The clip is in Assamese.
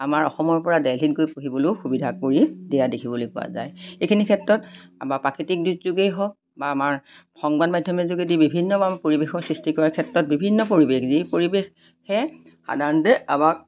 আমাৰ অসমৰ পৰা দেল্হীত গৈ পঢ়িবলৈও সুবিধা কৰি দিয়া দেখিবলৈ পোৱা যায় এইখিনি ক্ষেত্ৰত আমাৰ প্ৰাকৃতিক দুৰ্যোগেই হওক বা আমাৰ সংবাদ মাধ্যমৰ যোগেদি বিভিন্ন আমাৰ পৰিৱেশৰ সৃষ্টি কৰাৰ ক্ষেত্ৰত বিভিন্ন পৰিৱেশ যি পৰিৱেশহে সাধাৰণতে আমাক